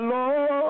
Lord